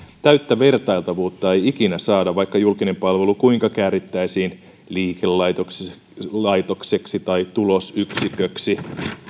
täyttä vertailtavuutta ei ikinä saada vaikka julkinen palvelu kuinka käärittäisiin liikelaitokseksi liikelaitokseksi tai tulosyksiköksi